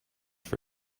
for